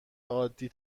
عادی